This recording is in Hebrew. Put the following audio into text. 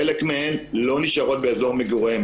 שחלק מהן לא נשארות באזור מגוריהן.